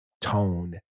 tone